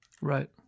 right